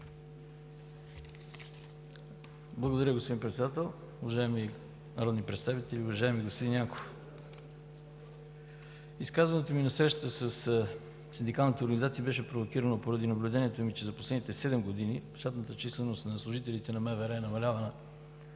Благодаря, господин Председател. Уважаеми народни представители! Уважаеми господин Янков, изказването ми на срещата със синдикалните организации бе провокирано поради наблюдението ми, че за последните седем години щатната численост на служителите на МВР намалява